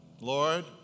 Lord